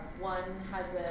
one has